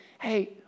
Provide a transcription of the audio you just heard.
hey